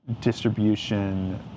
distribution